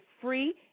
free